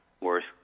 worth